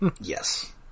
Yes